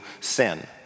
sin